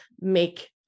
make